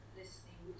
listening